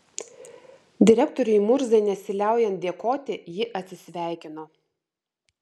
direktoriui murzai nesiliaujant dėkoti ji atsisveikino